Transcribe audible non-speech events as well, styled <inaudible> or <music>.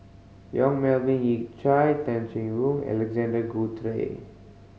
Yong Melvin Yik Chai Tay Chin <unintelligible> Alexander Guthrie